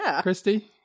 Christy